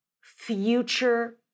future